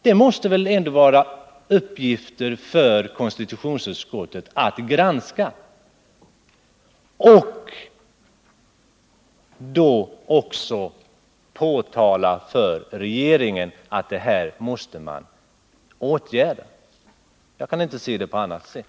Det måste väl vara en uppgift för konstitutionsutskottet att granska detta och påtala för regeringen att det här är något som måste åtgärdas. Jag kan inte se det på annat sätt.